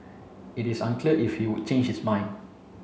it is unclear if he would change his mind